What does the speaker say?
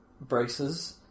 braces